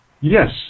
Yes